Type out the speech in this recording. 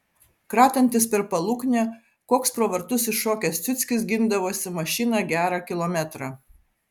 kratantis per paluknę koks pro vartus iššokęs ciuckis gindavosi mašiną gerą kilometrą